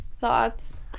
Thoughts